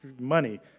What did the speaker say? money